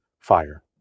Fire